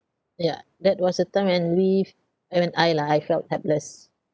yeah that was a time when we've I mean I lah I felt helpless